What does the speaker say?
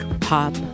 Pop